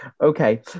okay